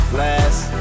last